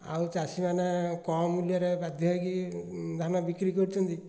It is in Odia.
ଆଉ ଚାଷୀମାନେ କମ୍ ମୂଲ୍ୟରେ ବାଧ୍ୟ ହେଇକି ଧାନ ବିକ୍ରି କରୁଛନ୍ତି